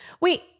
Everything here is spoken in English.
Wait